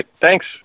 Thanks